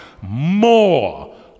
more